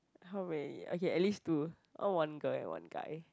how many okay at least two I want a girl and one guy